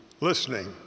listening